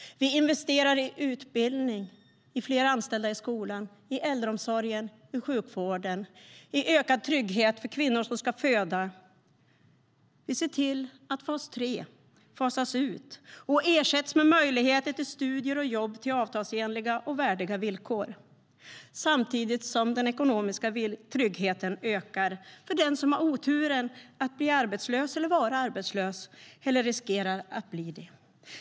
Vi investerar i utbildning, i fler anställda i skolan, i äldreomsorgen, i sjukvården och i ökad trygghet för kvinnor som ska föda. Vi ser till att fas 3 fasas ut och ersätts med möjligheter till studier och jobb till avtalsenliga och värdiga villkor. Samtidigt ökar den ekonomiska tryggheten för den som har oturen att bli eller vara arbetslös eller riskerar att bli det.